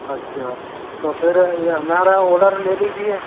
अच्छा तो फिर ये हमारा ओर्डर ले लीजिए